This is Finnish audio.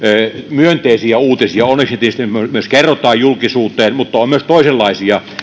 myönteisiä uutisia onneksi niitä tietysti myös myös kerrotaan julkisuuteen mutta on myös toisenlaisia